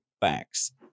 facts